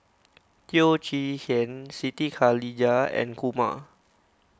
Teo Chee Hean Siti Khalijah and Kumar